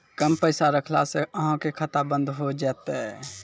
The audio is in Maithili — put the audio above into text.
कम पैसा रखला से अहाँ के खाता बंद हो जैतै?